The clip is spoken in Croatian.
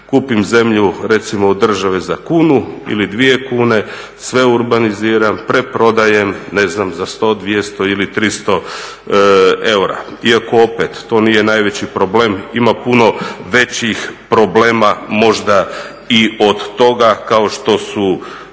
Kupim zemlju recimo u državi za kunu ili dvije kune, sve urbaniziram, preprodajem ne znam za 100, 200 ili 300 eura. Iako opet to nije najveći problem, ima puno većih problema možda i od toga kao što su